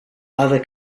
other